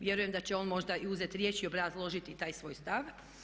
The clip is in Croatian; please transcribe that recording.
Vjerujem da će on možda uzeti riječ i obrazložiti taj svoj stav.